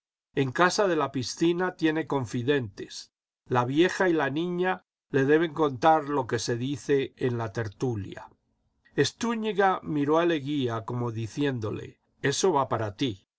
en casa de la piscina tiene confidentes la vieja y la niña le deben contar lo que se dice en la tertulia estúñiga miró a leguía como diciéndole eso va para ti